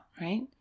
right